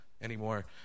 anymore